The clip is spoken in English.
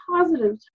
positive